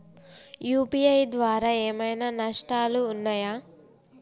UPI ద్వారా ఏమైనా నష్టాలు ఉన్నయా?